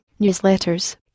newsletters